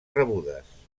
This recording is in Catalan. rebudes